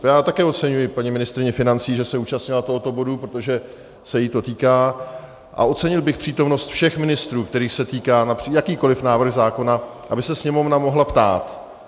A já také oceňuji paní ministryni financí, že se účastnila tohoto bodu, protože se jí to týká, a ocenil bych přítomnost všech ministrů, kterých se týká jakýkoliv návrh zákona, aby se Sněmovna mohla ptát.